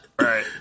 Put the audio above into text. right